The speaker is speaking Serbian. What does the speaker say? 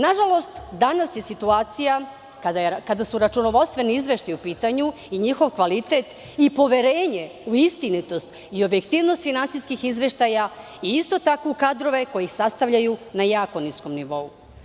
Nažalost, danas je situacija, kada su računovodstveni izveštaji u pitanju i njihov kvalitet i poverenje u istinitost i objektivnost finansijskih izveštaja, i isto tako u kadrove koji ih sastavljaju na jako niskom nivou.